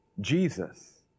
Jesus